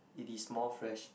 it is more fresh